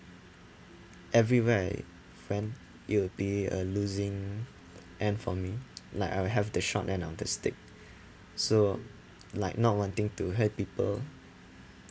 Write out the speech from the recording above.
everywhere I went it'll be a losing end for me like I'll have the short end of the stick so like not wanting to hurt people